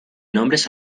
nombres